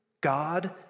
God